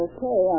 Okay